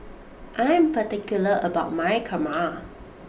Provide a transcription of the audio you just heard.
I am particular about my Kurma